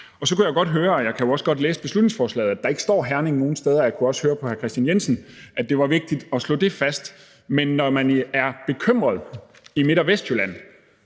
Så kunne jeg godt høre, og jeg kan jo også godt læse beslutningsforslaget, at der ikke står Herning nogen steder. Jeg kunne også høre på hr. Kristian Jensen, at det var vigtigt at slå det fast. Men når man er bekymret i Midt- og Vestjylland,